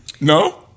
No